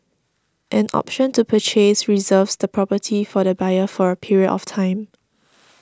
an option to purchase reserves the property for the buyer for a period of time